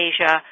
Asia